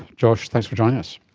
josh, thanks for joining us.